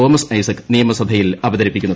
Thomas Isaac നിയമസഭയിൽ അവതരിപ്പിക്കുന്നത്